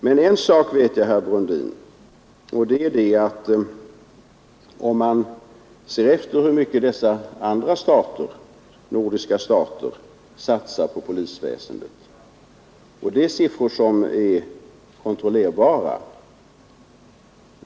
Man kan emellertid se efter hur mycket de andra nordiska staterna satsar på polisväsendet — och det är siffror som är kontrollerbara.